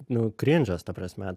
nu krindžas ta prasme